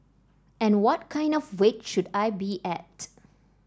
and what kind of weight should I be at